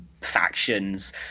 factions